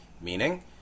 meaning